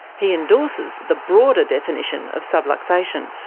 he endorses the broader definition of subluxation.